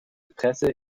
presse